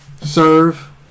serve